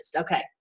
Okay